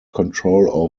control